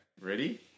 ready